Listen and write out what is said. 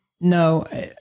No